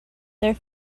their